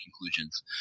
conclusions